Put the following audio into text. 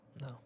No